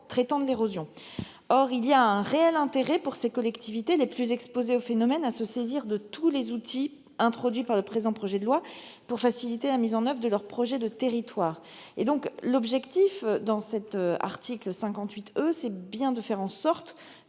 traitant de l'érosion. Or il y a un réel intérêt, pour ces collectivités les plus exposées au phénomène, à se saisir de tous les outils introduits par le présent projet de loi pour faciliter la mise en oeuvre de leur projet de territoire. L'objectif de cet article 58 E est, tout d'abord, de faire en sorte